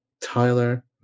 Tyler